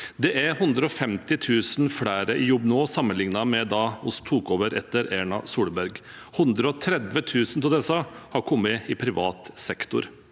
Det er 150 000 flere i jobb nå sammenlignet med da vi tok over etter Erna Solberg. 130 000 av disse har kommet i privat sektor.